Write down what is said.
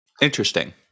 Interesting